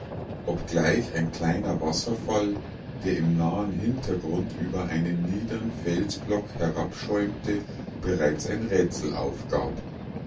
obgleich ein kleiner wasserfall der im nahen hintergrund über einen niedern felsblock herabschäumte bereits ein rätsel aufgab